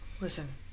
Listen